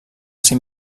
ser